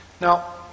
Now